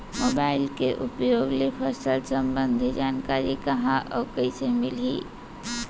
Mobile के उपयोग ले फसल सम्बन्धी जानकारी कहाँ अऊ कइसे मिलही?